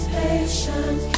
patient